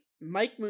Mike